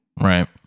Right